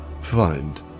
find